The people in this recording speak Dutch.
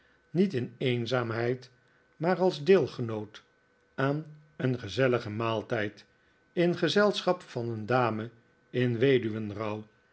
niet in eenzaamheid maar als deelgenoot aan een gezelligen maaltijd in gezelschap van een dame in weduwenrouw